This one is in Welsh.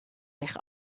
eich